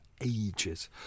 ages